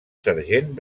sergent